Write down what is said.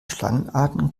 schlangenarten